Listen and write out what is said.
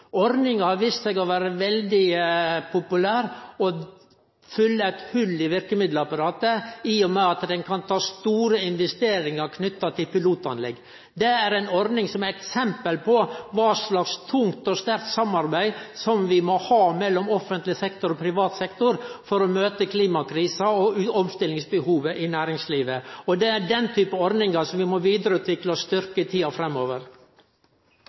Ordninga har vist seg å vere veldig populær og fyller eit hol i verkemiddelapparatet i og med at ho kan ta store investeringar knytte til pilotanlegg. Det er ei ordning som er eit eksempel på kva tungt og sterkt samarbeid vi må ha mellom offentleg sektor og privat sektor for å møte klimakrisa og omstillingsbehovet i næringslivet. Det er den type ordningar vi må vidareutvikle og styrkje i tida framover.